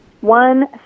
One